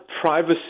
privacy